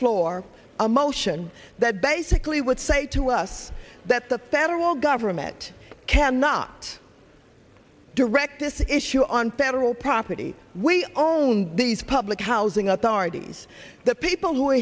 floor a motion that basically would say to us that the federal government cannot direct this issue on federal property we own these public housing authorities the people who are